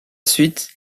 suite